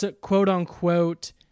quote-unquote